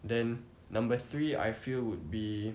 then number three I feel would be